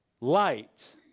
light